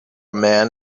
man